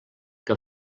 que